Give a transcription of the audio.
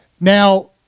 Now